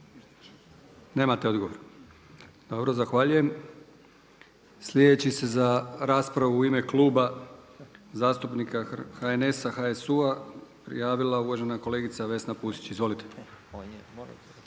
Nemate odgovor. Dobro, zahvaljujem. Slijedeća se za raspravu u ime Kluba zastupnika HNS-a, HSU-a javila uvažena kolegica Vesna Pusić. Izvolite.